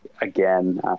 again